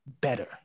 better